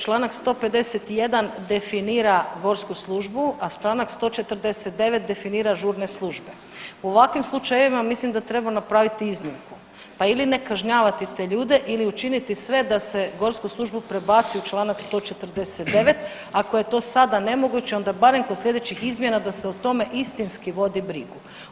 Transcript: Čl. 151. definira gorsku službu, a čl. 149. žurne službe u ovakvim slučajevima mislim da treba napraviti iznimku pa ili ne kažnjavati te ljude ili učiniti sve da se gorsku službu prebaci u čl. 149., ako je to sada nemoguće onda barem kod sljedećih izmjena da se o tome istinski vodi brigu.